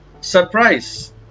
surprise